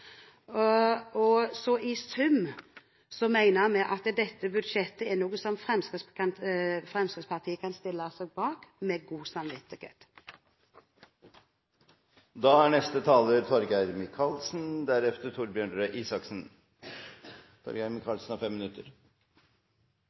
budsjettet. Så i sum mener vi at dette budsjettet er noe som Fremskrittspartiet kan stille seg bak med god